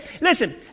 Listen